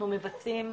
אנחנו מבצעים,